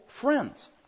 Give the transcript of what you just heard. friends